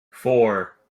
four